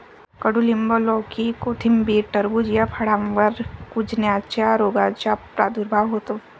कडूलिंब, लौकी, कोथिंबीर, टरबूज या फळांवर कुजण्याच्या रोगाचा प्रादुर्भाव होतो